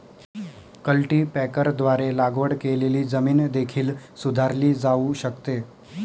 कल्टीपॅकरद्वारे लागवड केलेली जमीन देखील सुधारली जाऊ शकते